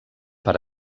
per